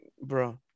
Bro